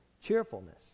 cheerfulness